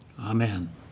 amen